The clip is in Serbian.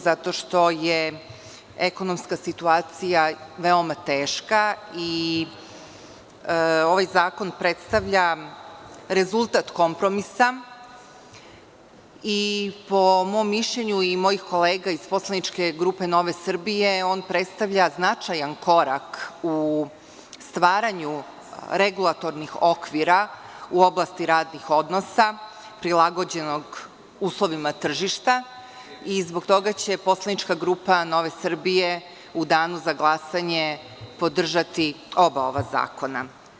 Zato što je ekonomska situacija veoma teška i ovaj zakon predstavlja rezultat kompromisa i po mom mišljenju i mojih kolega iz poslaničke grupe Nove Srbije on predstavlja značajan korak u stvaranju regulatornih okvira u oblasti radnih odnosa prilagođenog uslovima tržišta i zbog toga će poslanička grupa Nove Srbije u danu za glasanje podržati oba ova zakona.